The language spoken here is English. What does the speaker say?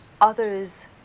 others